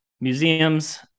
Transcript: Museums